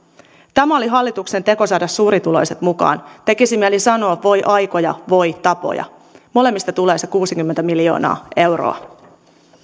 tämä oli hallituksen teko saada suurituloiset mukaan tekisi mieli sanoa voi aikoja voi tapoja molemmista tulee se kuusikymmentä miljoonaa euroa